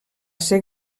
ser